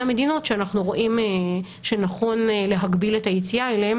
המדינות שאנחנו רואים שנכון להגביל את היציאה אליהן